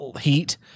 heat